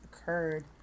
occurred